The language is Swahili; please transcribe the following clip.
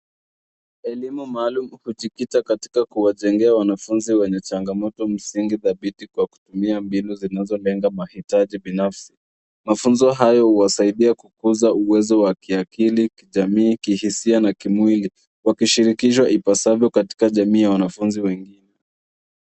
Elimu maalum ukijikita katika kuwajengea wanafunzi wenye changamoto msingi dhabiti kwa kutumia mbinu zinazolenga mahitaji binafsi mafunzo hayo huwasaidia kukuza uwezo wa kiakili kijamii kihisia na kimwili wakishirikisha ipasavyo katika jamii ya wanafunzi wengine.